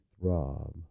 throb